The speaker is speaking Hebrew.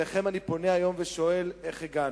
אליכם אני פונה היום ושואל: איך הגענו?